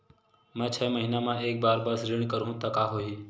मैं छै महीना म एक बार बस ऋण करहु त का होही?